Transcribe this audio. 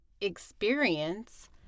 experience